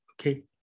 okay